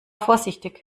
vorsichtig